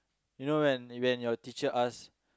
you know when when your teacher ask